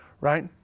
right